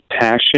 passion